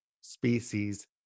species